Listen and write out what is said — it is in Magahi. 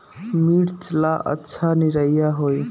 मिर्च ला अच्छा निरैया होई?